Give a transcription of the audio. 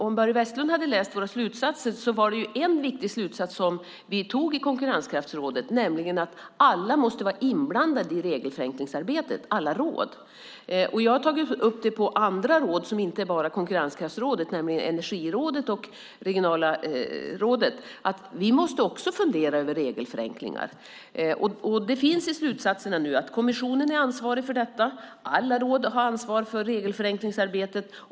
Om Börje Vestlund hade läst våra slutsatser hade han kunnat se att vi tog en viktig slutsats i konkurrenskraftsrådet, nämligen att alla råd måste vara inblandade i regelförenklingsarbetet. Jag har tagit upp det på andra råd, inte bara på konkurrenskraftsrådet, nämligen på energirådet och på regionala rådet. Vi måste också fundera över regelförenklingar. Det finns nu i slutsatserna att kommissionen är ansvarig för detta. Alla råd har ansvar för regelförenklingsarbetet.